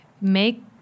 make